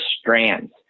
strands